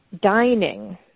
dining